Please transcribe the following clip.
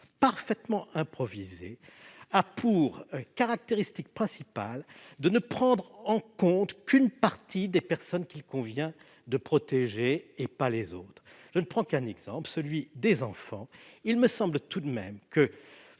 parfaitement improvisée a pour caractéristique principale de ne prendre en compte qu'une partie des personnes qu'il convient de protéger, et pas les autres. L'exemple vaut aujourd'hui pour les enfants : il me semble tout de même que